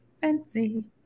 Fancy